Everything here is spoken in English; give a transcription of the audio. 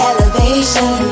Elevation